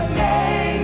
name